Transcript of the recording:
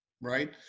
right